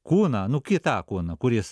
kūną nu kitą kūną kuris